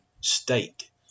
State